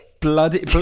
Bloody